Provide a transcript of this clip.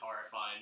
horrifying